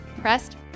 pressed